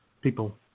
people